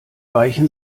weichen